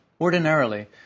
Ordinarily